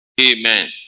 Amen